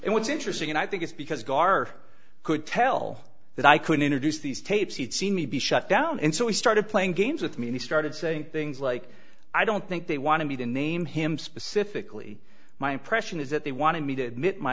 and what's interesting and i think it's because gar could tell that i could introduce these tapes he'd seen me be shut down and so we started playing games with me and he started saying things like i don't think they wanted me to name him specifically my impression is that they wanted me to admit my